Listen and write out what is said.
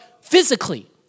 physically